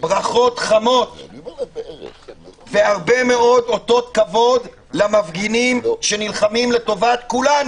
ברכות חמות והרבה מאוד אותות כבוד למפגינים שנלחמים לטובת כולנו,